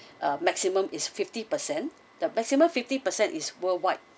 ah maximum is fifty per cent the maximum fifty percent is worldwide